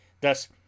Thus